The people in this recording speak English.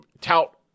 Tout